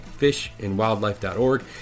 fishandwildlife.org